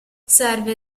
serve